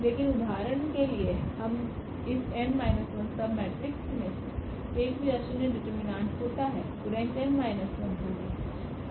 लेकिन उदाहरण के लिए इस n 1 सबमेट्रिक्स मेंसे एकभी अशून्यडिटरमिनेंट होता है तो रेंक n 1 होगी